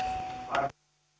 arvoisa